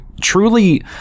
truly